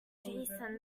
jason